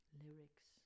lyrics